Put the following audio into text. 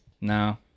No